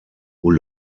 who